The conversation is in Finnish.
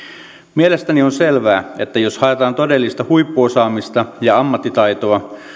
mielestäni on selvää että jos haetaan todellista huippuosaamista ja ammattitaitoa